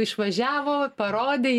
išvažiavo parodei